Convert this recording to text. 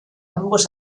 ambos